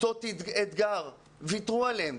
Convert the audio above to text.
כיתות אתגר, ויתרו עליהם.